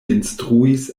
instruis